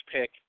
pick